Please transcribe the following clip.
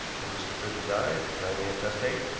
when mr. frisby died, apparently intestate,